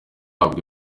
ahabwa